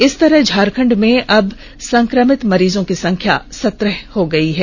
इस तरह झारखंड में अब संक्रमित मरीजों की संख्या सत्रह हो गई है